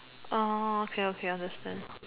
orh okay okay understand